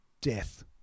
death